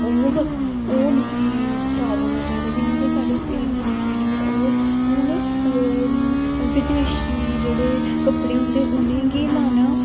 ओह् बक ओह् निं खराब होना चाहिदा जियां के साढ़ी नमीं पीढ़ी ऐ ओह् हून बदेशी जेह्ड़े कपड़े होंदे उ'नेंगी लाना